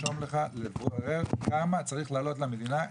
לרשום לך לברר כמה צריך לעלות למדינה,